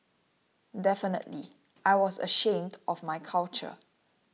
definitely I was ashamed of my culture